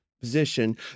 position